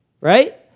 Right